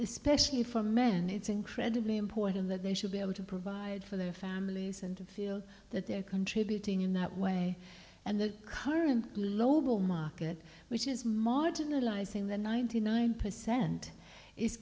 especially for men it's incredibly important that they should be able to provide for their families and to feel that they're contributing in that way and the current global market which is marginalizing the ninety nine percent is